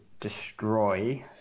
destroy